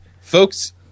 folks